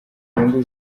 inyungu